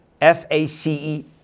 F-A-C-E